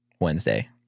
Wednesday